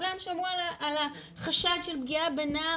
כולם שמעו על החשד של פגיעה בנער,